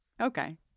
okay